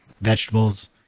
vegetables